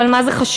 אבל מה זה חשוב,